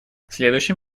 следующим